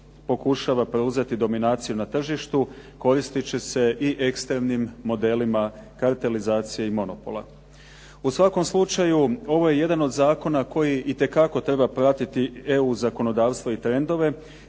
pokušava preuzeti dominaciju na tržištu koristeći se i ekstremnim modelima ... i monopola. U svakom slučaju ovo je jedan od zakona koji itekako treba pratiti EU zakonodavstvo i trendove,